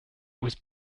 was